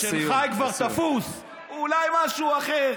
שלך כבר תפוס, אולי משהו אחר.